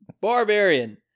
Barbarian